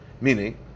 Meaning